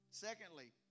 Secondly